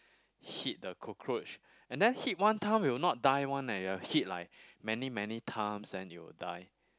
hit the cockroach and then hit one time will not die one eh you have to hit like many many times then it will die